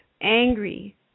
angry